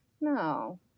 No